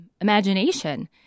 imagination